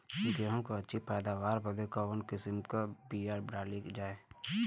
गेहूँ क अच्छी पैदावार बदे कवन किसीम क बिया डाली जाये?